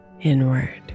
inward